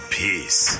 peace